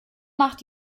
macht